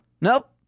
Nope